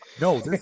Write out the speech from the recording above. No